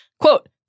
Quote